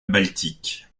baltique